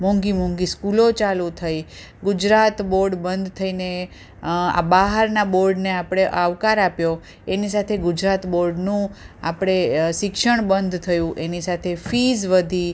મોંઘી મોંઘી સ્કૂલો ચાલું થઈ ગુજરાત બોર્ડ બંધ થઈને આ બહારનાં બોર્ડને આપણે આવકાર આપ્યો એની સાથે ગુજરાત બોર્ડનું આપણે શિક્ષણ બંધ થયું એની સાથે ફિસ વધી